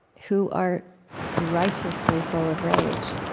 who are righteously full of rage